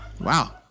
Wow